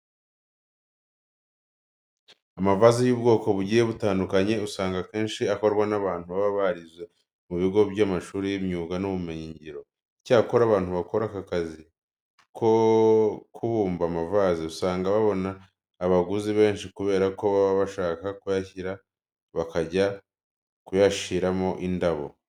Amavaze y'ubwoko bugiye butandukanye usanga akenshi akorwa n'abantu baba barize mu bigo by'amashuri y'imyuga n'ubumenyingiro. Icyakora abantu bakora aka kazi ko kubumba amavaze usanga babona abaguzi benshi kubera ko baba bashaka kuyishyura bakajya kuyashiramo indabo.